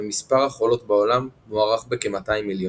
ומספר החולות בעולם מוערך בכ-200 מיליון.